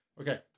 Okay